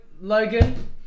Logan